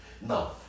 now